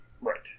right